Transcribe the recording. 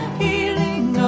healing